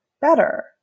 better